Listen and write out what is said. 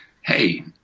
hey